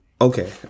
Okay